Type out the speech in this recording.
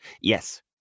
Yes